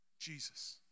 Jesus